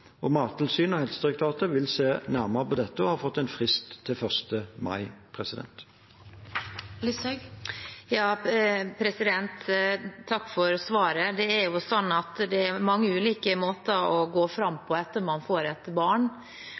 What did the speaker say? Mattilsynet og Helsedirektoratet vil se nærmere på dette og har fått frist til 1 mai. Takk for svaret. Det er mange ulike måter å gå fram på etter at man får et barn,